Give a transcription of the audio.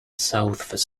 south